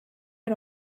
are